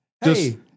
Hey